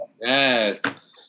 Yes